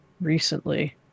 recently